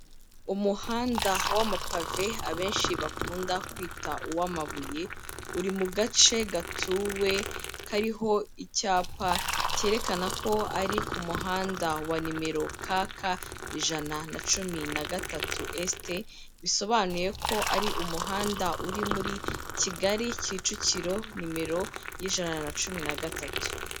Umuhanda w'amapave, abenshi bakunda kwita uw'amabuye uri mu gace gatuwe, kariho icyapa cyerekana ko ari ku muhanda wa nimero kaka ijana na cumi na gatatu, esite bisobanuye ko ari umuhanda uri muri Kigali Kicukiro nimero y'ijana na cumi na gatatu.